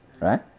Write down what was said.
right